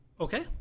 Okay